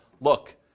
look